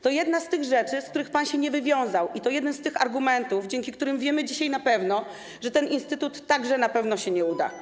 To jedna z tych rzeczy, z których pan się nie wywiązał, i to jeden z tych argumentów, dzięki którym wiemy dzisiaj na pewno, że ten instytut także na pewno się nie uda.